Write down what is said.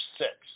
six